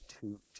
two